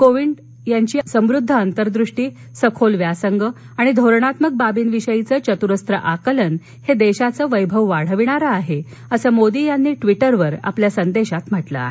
कोविंद यांची समृद्ध अंतर्दृष्टी सखोल व्यासंग आणि धोरणात्मक बाबीविषयीचे चतुरस्त्र आकलन देशाचे वैभव वाढविणारे आहे असं मोदी यांनी ट्वीटरवर आपल्या संदेशात म्हटलं आहे